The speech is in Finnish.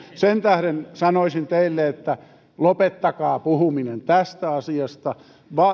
sen tähden sanoisin teille että lopettakaa puhuminen tästä asiasta